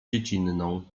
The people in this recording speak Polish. dziecinną